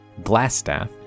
Glassstaff